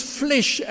flesh